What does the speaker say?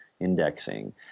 Indexing